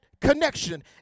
connection